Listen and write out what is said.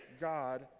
God